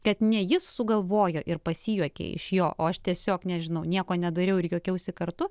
kad ne jis sugalvojo ir pasijuokė iš jo o aš tiesiog nežinau nieko nedariau ir juokiausi kartu